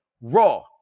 Raw